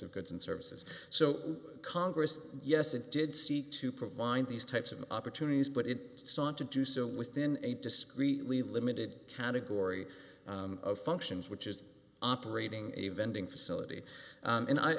of goods and services so congress yes it did seek to provide these types of opportunities but it sought to do so within a discreetly limited category of functions which is operating a vending facility and i